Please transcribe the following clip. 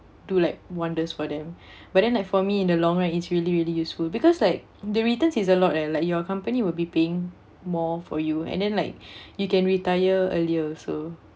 do like wonders for them but then like for me in the long run it's really really useful because like the returns is a lot leh like your company will be paying more for you and then like you can retire earlier also